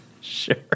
sure